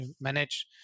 manage